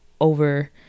over